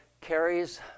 carries